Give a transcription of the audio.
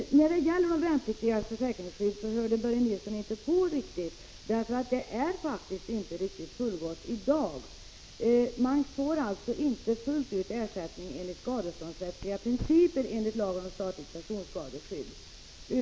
När det gäller de värnpliktigas försäkringsskydd hörde Börje Nilsson inte riktigt på vad jag sade. De värnpliktigas försäkringsskydd är faktiskt inte riktigt fullgott i dag. Man får inte ersättning fullt ut efter skaderättsliga principer enligt lagen om statligt personskadeskydd.